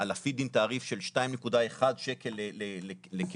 על הפיד עם תעריף של 2.1 שקלים לקילוואט,